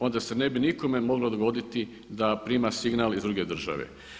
Onda se ne bi nikome moglo dogoditi da prima signal iz druge države.